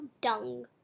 dung